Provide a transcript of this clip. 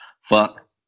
Fuck